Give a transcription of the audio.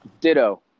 Ditto